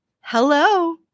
Hello